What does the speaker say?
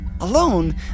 Alone